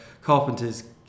carpenter's